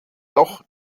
doch